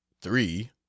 three